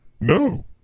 no